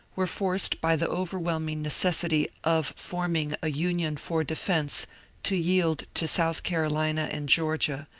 were forced by the overwhelming necessity of forming a union for defence to yield to south carolina and greorgia,